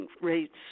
rates